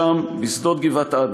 שם, בשדות גבעת-עדה,